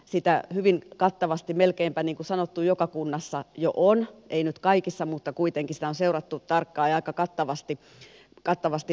sitä hyvin kattavasti melkeinpä niin kuin sanottu joka kunnassa jo on ei nyt kaikissa mutta kuitenkin sitä on seurattu tarkkaan ja aika kattavasti maassa sitä on